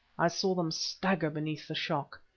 i saw them stagger beneath the shock.